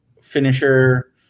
finisher